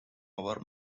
over